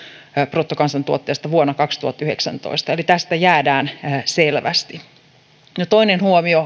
bruttokansantuotteesta vuonna kaksituhattayhdeksäntoista eli tästä jäädään selvästi toinen huomio